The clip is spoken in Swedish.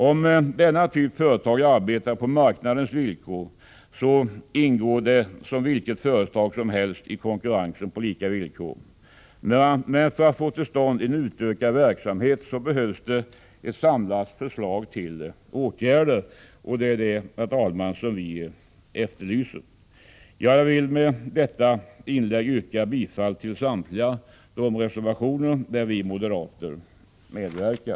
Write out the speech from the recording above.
Om denna typ av företag arbetar på marknadens villkor, ingår de som vilka företag som helst, i konkurrens på lika villkor. Men för att få till stånd en utökad verksamhet behövs ett samlat förslag till åtgärder, och det är detta, herr talman, som vi efterlyser. Jag vill med det här inlägget yrka bifall till samtliga de reservationer där vi moderater medverkar.